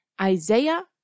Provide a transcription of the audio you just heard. Isaiah